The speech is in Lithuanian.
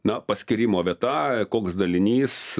na paskyrimo vieta koks dalinys